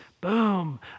Boom